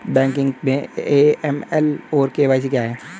Banking में AML और KYC क्या हैं?